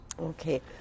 Okay